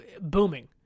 booming